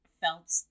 felt